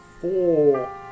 four